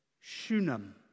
Shunem